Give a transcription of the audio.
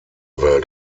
welt